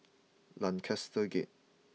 Lancaster Gate